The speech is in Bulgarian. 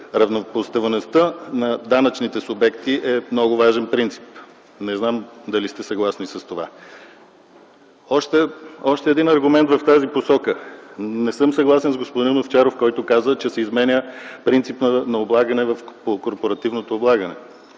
Равнопоставеността на данъчните субекти е много важен принцип. Не знам дали сте съгласни с това. Още един аргумент в тази посока. Не съм съгласен с господин Овчаров, който казва, че се изменя принципът на облагане в корпоративното облагане.